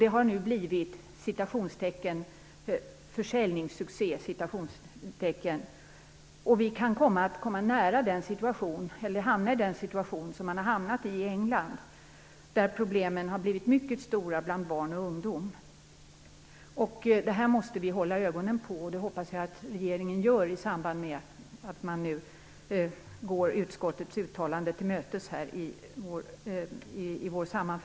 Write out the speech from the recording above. Den har nu blivit "försäljningssuccé", och vi kan hamna i den situation som man i England har hamnat i, där problemen bland barn och ungdom har blivit mycket stora. Jag hoppas att regeringen håller ögonen på denna utveckling i samband med att man nu går utskottets uttalande i betänkandet till mötes.